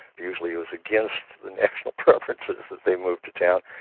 usually it was against the national preferences that they moved to town,